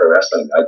wrestling